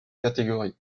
catégorie